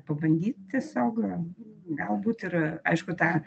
pabandyt tiesiog galbūt ir aišku tą